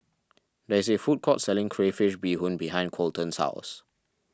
there is a food court selling Crayfish BeeHoon behind Kolton's house